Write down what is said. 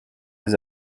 les